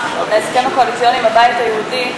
בהסכם הקואליציוני עם הבית היהודי,